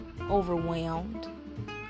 overwhelmed